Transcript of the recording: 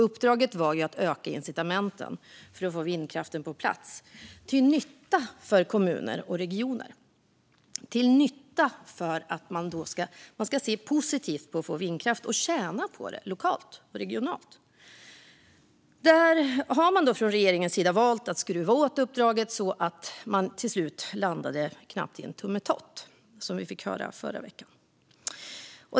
Uppdraget var ju att öka incitamenten för att få vindkraft på plats till nytta för kommuner och regioner. De ska se positivt på att få vindkraft och tjäna på det lokalt och regionalt. Från regeringens sida har man valt att skruva åt uppdraget så att det till slut knappt landat i en tummetott, som vi fick höra förra veckan.